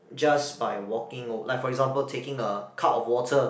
just by walking like for example taking a cup of water